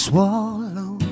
Swallow